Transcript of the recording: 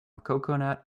coconut